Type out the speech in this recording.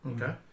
Okay